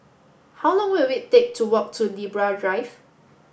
how long will it take to walk to Libra Drive